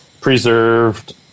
preserved